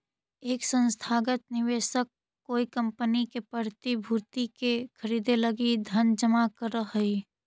एक संस्थागत निवेशक कोई कंपनी के प्रतिभूति के खरीदे लगी धन जमा करऽ हई